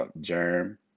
Germ